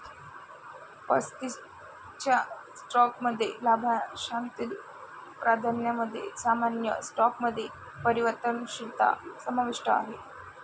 पसंतीच्या स्टॉकमध्ये लाभांशातील प्राधान्यामध्ये सामान्य स्टॉकमध्ये परिवर्तनशीलता समाविष्ट आहे